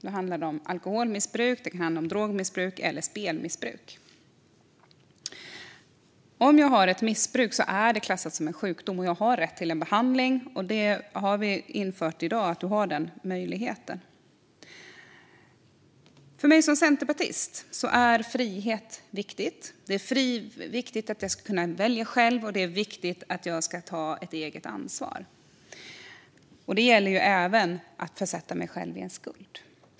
Det kan handla om alkoholmissbruk, drogmissbruk eller spelmissbruk. Om man har ett missbruk är det klassat som en sjukdom, och man har rätt till behandling. Denna möjlighet har vi nu infört. För mig som centerpartist är frihet viktigt. Det är viktigt att man ska kunna välja själv, och det är viktigt att man ska ta ett eget ansvar. Det gäller även när man har försatt sig själv i en skuld.